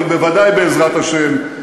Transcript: אבל ודאי בעזרת השם,